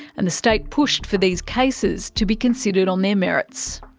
and the state pushed for these cases to be considered on their merits.